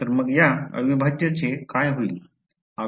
तर मग या अविभाज्याचे काय होईल